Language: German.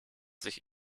sich